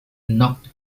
knocked